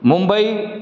Mumbai